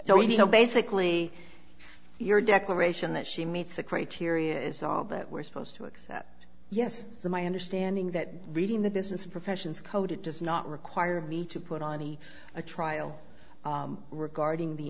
know basically your declaration that she meets the criteria is all that we're supposed to accept yes it's my understanding that reading the business professions code it does not require me to put on a trial regarding the